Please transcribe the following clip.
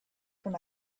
from